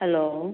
hello